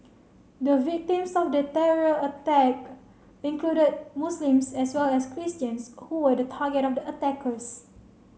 the victims of the terror attack included Muslims as well as Christians who were the target of the attackers